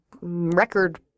record